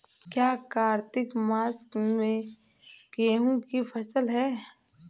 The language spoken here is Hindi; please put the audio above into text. क्या कार्तिक मास में गेहु की फ़सल है?